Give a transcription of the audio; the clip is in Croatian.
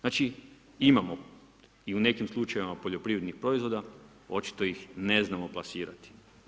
Znači imamo i u nekim slučajevima poljoprivrednih proizvoda, očito ih ne znamo plasirati.